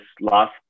last